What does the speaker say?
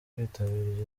kwitabira